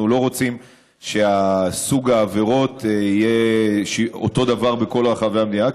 אנחנו לא רוצים שסוג העבירות יהיה אותו דבר בכל רחבי המדינה,